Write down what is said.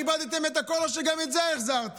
כיבדתם את הכול או שגם את זה החזרתם?